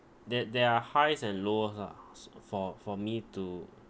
that there are highs and lows ah s~ for for me to